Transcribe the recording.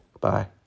Bye